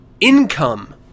Income